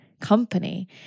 company